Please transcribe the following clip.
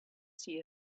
see